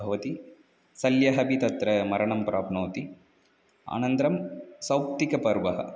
भवति शल्यः अपि तत्र मरणं प्राप्नोति अनन्तरं सौप्तिकपर्व